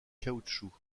caoutchouc